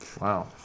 Wow